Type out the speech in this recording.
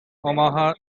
omaha